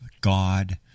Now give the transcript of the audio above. God